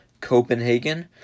Copenhagen